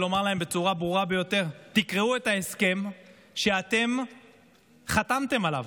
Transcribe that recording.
ולומר להם בצורה ברורה ביותר: תקראו את ההסכם שחתמתם עליו.